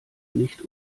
nicht